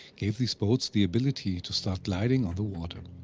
gave these boats the ability to start gliding on the water.